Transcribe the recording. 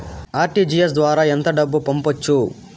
RTGS ద్వారా ఎంత డబ్బు పంపొచ్చు?